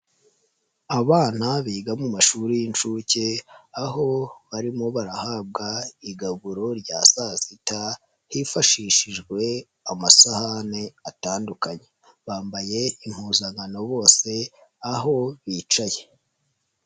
Abana biga mu mashuri y'inshuke, aho barimo barahabwa igaburo rya saa sita, hifashishijwe amasahani atandukanye. Bambaye impuzankano bose aho bicaye.